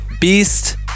beast